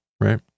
right